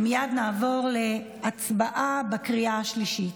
ומייד נעבור להצבעה בקריאה השלישית.